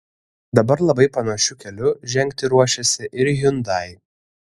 dabar labai panašiu keliu žengti ruošiasi ir hyundai